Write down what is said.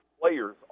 players